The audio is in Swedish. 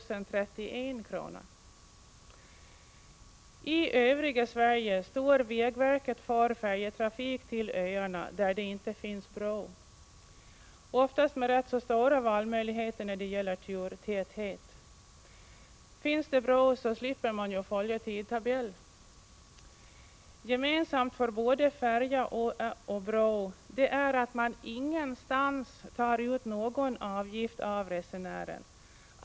I övriga Sverige står vägverket för färjetrafik till öarna där det inte finns bro, oftast med rätt stora valmöjligheter när det gäller turtäthet. Finns det bro slipper man följa tidtabell. Gemensamt för både färja och bro är att det ingenstans tas ut någon avgift av resenären.